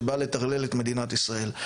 שבא לטרלל את מדינת ישראל.